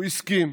הוא הסכים,